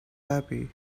happy